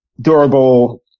durable